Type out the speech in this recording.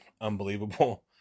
unbelievable